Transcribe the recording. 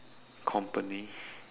company